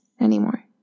anymore